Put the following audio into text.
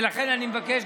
ולכן אני מבקש,